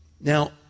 Now